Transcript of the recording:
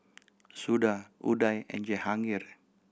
Suda Udai and Jahangir